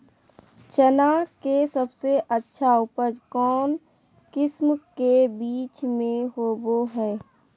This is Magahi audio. चना के सबसे अच्छा उपज कौन किस्म के बीच में होबो हय?